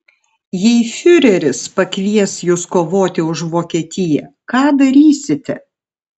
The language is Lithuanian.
jei fiureris pakvies jus kovoti už vokietiją ką darysite